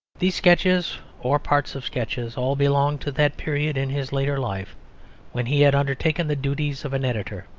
these sketches or parts of sketches all belong to that period in his later life when he had undertaken the duties of an editor,